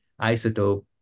isotope